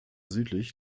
südlich